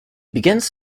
begins